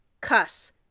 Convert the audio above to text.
Cuss